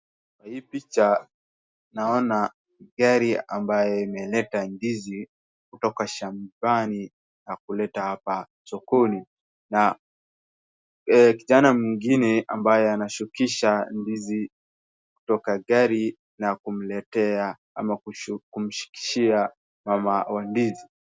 Kwa hii picha naona gari ambaye imeleta ndizi kutoka shambani na kuleta hapa sokoni na kijana mwingine ambaye anashukisha ndizi kutoka gari na kumletea ama kumshukishia mama wa ndizi.